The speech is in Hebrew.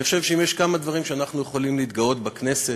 אני חושב שאם יש כמה דברים שאנחנו יכולים להתגאות בכנסת,